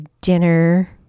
dinner